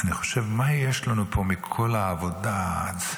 אני חושב על מה שיש לנו פה מכל העבודה הסיזיפית,